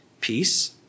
peace